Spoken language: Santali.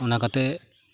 ᱚᱱᱟ ᱠᱟᱛᱮ